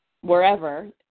wherever